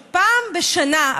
שפעם בשנה,